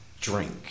drink